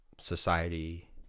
society